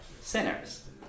sinners